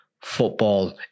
football